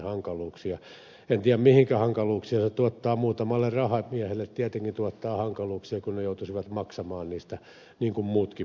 en tiedä mihinkä se hankaluuksia tuottaa muutamalle rahamiehelle tietenkin tuottaa hankaluuksia kun he joutuisivat maksamaan niistä niin kuin muutkin maksavat